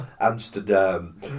Amsterdam